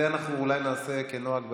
זה אולי נעשה כנוהג בהמשך,